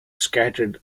scattered